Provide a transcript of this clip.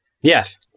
Yes